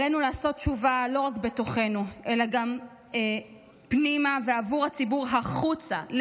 עלינו לעשות תשובה לא רק בתוכנו אלא גם פנימה ועבור הציבור החוצה,